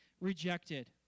rejected